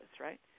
right